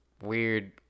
weird